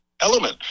element